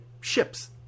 ships